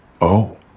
Oh